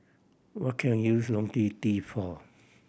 what can use Ionil T for